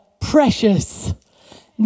precious